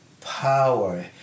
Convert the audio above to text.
power